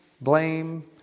blame